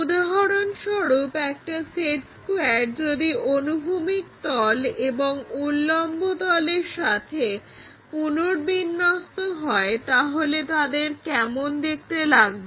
উদাহরণস্বরূপ একটা set square যদি অনুভূমিক তল এবং উল্লম্ব তলের সাথে পুনর্বিন্যস্ত হয় তাহলে তাদের কেমন দেখতে লাগবে